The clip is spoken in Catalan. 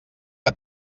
que